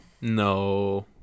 No